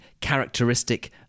characteristic